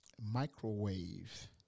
microwave